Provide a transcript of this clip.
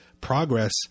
progress